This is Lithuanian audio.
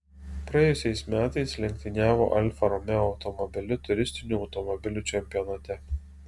praėjusiais metais lenktyniavo alfa romeo automobiliu turistinių automobilių čempionate